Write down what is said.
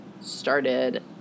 started